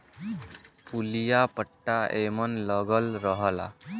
पुलिया पट्टा एमन लगल रहला